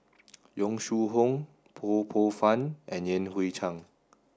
Yong Shu Hoong Ho Poh Fun and Yan Hui Chang